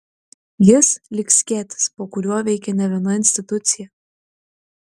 jis lyg skėtis po kuriuo veikia ne viena institucija